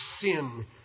sin